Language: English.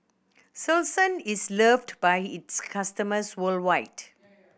Selsun is loved by its customers worldwide